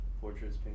portraits